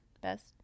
best